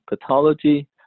pathology